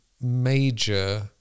major